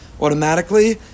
automatically